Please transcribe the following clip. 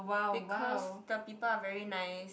because the people are very nice